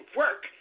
work